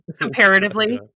comparatively